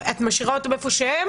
את אמרת "מעולה"?